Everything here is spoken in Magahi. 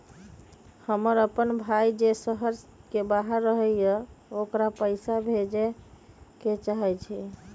हमर अपन भाई जे शहर के बाहर रहई अ ओकरा पइसा भेजे के चाहई छी